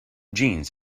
jeans